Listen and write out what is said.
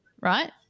Right